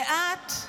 ואת,